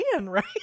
right